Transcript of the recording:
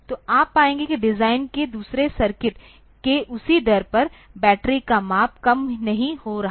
तो आप पाएंगे कि डिजाइन के दूसरे सर्किट के उसी दर पर बैटरी का माप कम नहीं हो रहा है